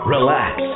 Relax